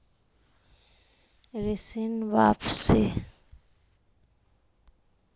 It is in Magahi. ऋण वापसी?